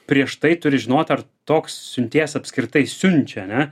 prieš tai turi žinot ar toks siuntėjas apskritai siunčia ane